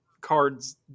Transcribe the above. cards